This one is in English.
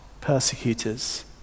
persecutors